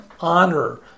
honor